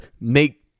make